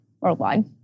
worldwide